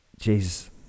Jesus